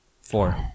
Four